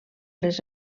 les